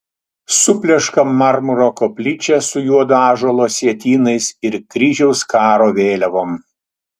supleška marmuro koplyčia su juodo ąžuolo sietynais ir kryžiaus karo vėliavom